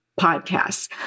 podcasts